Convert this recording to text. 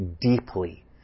deeply